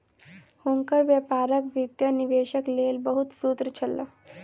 हुनकर व्यापारक वित्तीय निवेशक लेल बहुत सूत्र छल